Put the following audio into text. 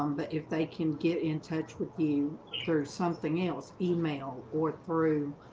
um but if they can get in touch with you, there's something else email or through